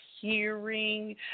hearing